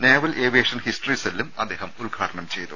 naval aviation history സെല്ലും അദ്ദേഹം ഉദ്ഘാടനം ചെയ്തു